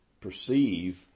perceive